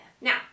Now